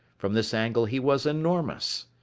from this angle he was enormous.